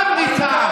ניקח אותם במריצות,